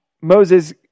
Moses